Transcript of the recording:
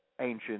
ancient